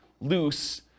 loose